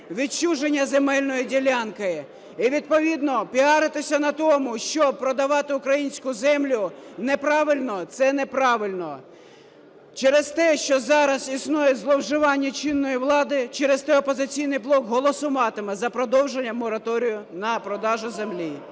відчуження земельної ділянки. І, відповідно, піаритися на тому, що продавати українську землю неправильно – це неправильно. Через те, що зараз існує зловживання чинної влади, через те "Опозиційний блок" голосуватиме за продовження мораторію на продаж землі.